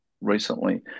recently